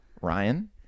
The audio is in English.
Ryan